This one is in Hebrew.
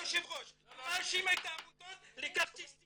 אנחנו מממנים את הכרטיס ליריד, כן או לא.